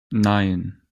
nein